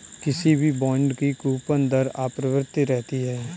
किसी भी बॉन्ड की कूपन दर अपरिवर्तित रहती है